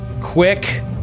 quick